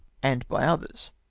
and by others.